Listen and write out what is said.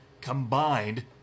combined